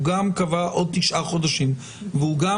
הוא גם קבע עוד תשעה חודשים והוא גם